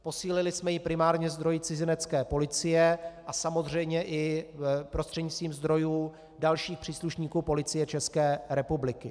Posílili jsme ji primárně zdroji Cizinecké policie a samozřejmě i prostřednictvím zdrojů dalších příslušníků Policie České republiky.